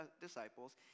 disciples